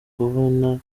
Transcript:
kuvana